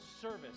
service